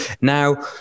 Now